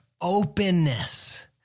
openness